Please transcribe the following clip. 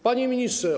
Panie Ministrze!